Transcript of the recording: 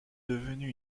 devenu